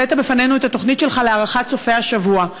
הבאת בפנינו את התוכנית שלך להארכת סופי השבוע,